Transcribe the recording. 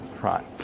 Right